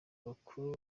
bakuru